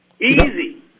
easy